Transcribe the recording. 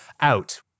out